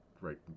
right